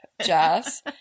jazz